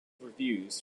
reviews